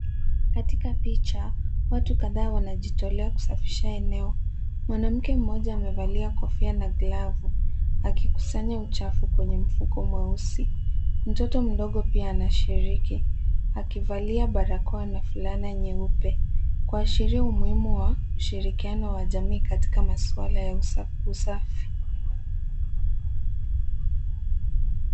Katika picha watu kadhaa wanajitolea kusafisha eneo. Mwanamke mmoja amevalia kofia na glavu akikusanya uchafu kwenye mfuko mweusi. Mtoto mdogo pia anashiriki, akivalia barakoa na fulana nyeupe, kuashiria umuhimu wa ushirikiano wa jamii katika maswala ya usafi.